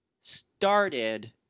started